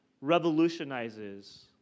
revolutionizes